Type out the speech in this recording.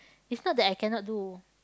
is not that I cannot do